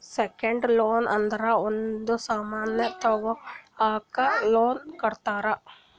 secured loan ಅಂದುರ್ ಒಂದ್ ಸಾಮನ್ ತಗೊಳಕ್ ಲೋನ್ ಕೊಡ್ತಾರ